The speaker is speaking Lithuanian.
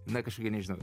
na kažkokie nežinau